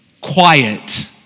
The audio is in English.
Quiet